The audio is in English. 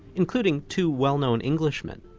including two well known englishmen,